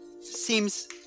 seems